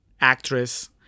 actress